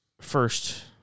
first